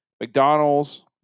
McDonald's